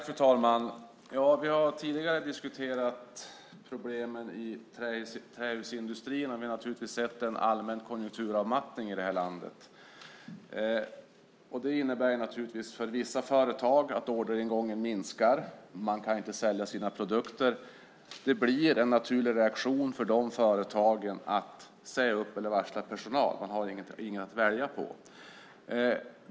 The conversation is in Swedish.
Fru talman! Vi har tidigare diskuterat problemen i trähusindustrin, och vi har sett en allmän konjunkturavmattning i det här landet. Det innebär naturligtvis för vissa företag att orderingången minskar. Man kan inte sälja sina produkter, och det blir en naturlig reaktion för de företagen att säga upp eller varsla personal. Man har inget annat att välja på.